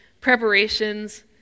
preparations